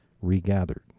regathered